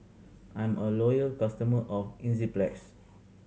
I'm a loyal customer of Enzyplex